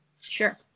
Sure